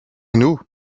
nous